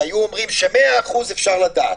והיו אומרים ש-100% אפשר לדעת,